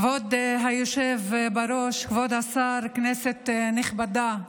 כבוד היושב בראש, כבוד השר, כנסת נכבדה,